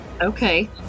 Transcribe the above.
Okay